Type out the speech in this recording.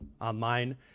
online